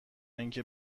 اینکه